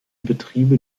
betriebe